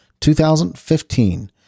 2015